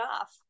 off